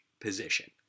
position